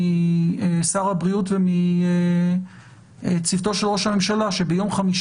משר הבריאות ומצוותו של ראש הממשלה שביום חמישי